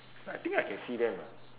I think I can see them ah